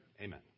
Amen